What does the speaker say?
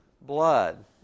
blood